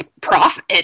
profit